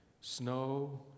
snow